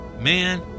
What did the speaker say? Man